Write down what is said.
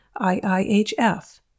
IIHF